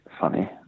funny